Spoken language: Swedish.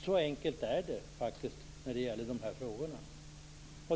Så enkelt är det faktiskt när det gäller dessa frågor.